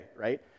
right